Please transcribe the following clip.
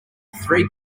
three